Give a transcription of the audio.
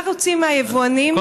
מה רוצים מהיבואנים,